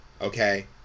okay